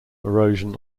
erosion